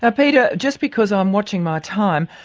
ah peter, just because i'm watching my time,